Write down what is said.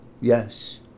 Yes